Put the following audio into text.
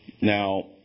Now